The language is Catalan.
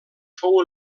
fou